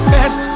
Best